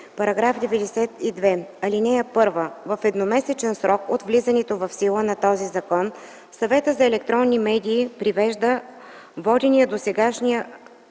става § 92: „§ 92. (1) В едномесечен срок от влизането в сила на този закон Съветът за електронни медии привежда водения по досегашния